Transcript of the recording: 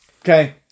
Okay